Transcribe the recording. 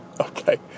okay